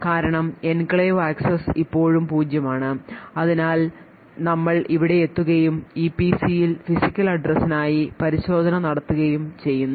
കാരണം enclave access ഇപ്പോഴും പൂജ്യമാണ് അതിനാൽ ഞങ്ങൾ ഇവിടെയെത്തുകയും ഇപിസിയിൽ physical address നായി പരിശോധന നടത്തുകയും ചെയ്യുന്നു